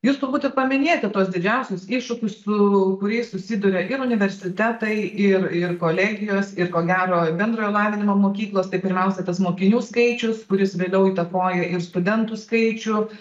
jūs tubūt jau paminėjote tuos didžiausius iššūkius su kuriais susiduria ir universitetai ir ir kolegijos ir ko gero bendrojo lavinimo mokyklos tai pirmiausia tas mokinių skaičius kuris vėliau įtakoja ir studentų skaičių